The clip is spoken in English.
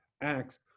acts